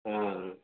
ஆ